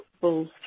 bulls